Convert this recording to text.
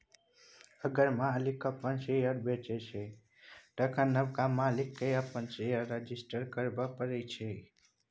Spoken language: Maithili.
अगर मालिक अपन शेयर बेचै छै तखन नबका मालिक केँ अपन शेयर रजिस्टर करबे परतै